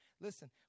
Listen